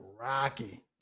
rocky